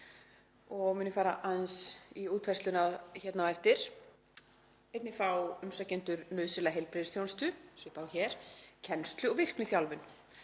og mun ég fara aðeins í útfærsluna hérna á eftir. Einnig fá umsækjendur nauðsynlega heilbrigðisþjónustu, svipað og hér, kennslu og virkniþjálfun.